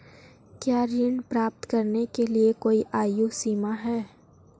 क्या ऋण प्राप्त करने के लिए कोई आयु सीमा है?